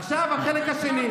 עכשיו החלק השני.